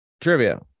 trivia